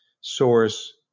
source